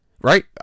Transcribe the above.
Right